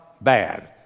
bad